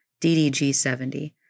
DDG-70